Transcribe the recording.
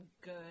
good